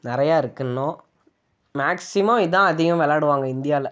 நிறையா இருக்குது இன்னம் மேக்ஸிமம் இதுதான் அதிகம் விளாடுவாங்க இந்தியாவில்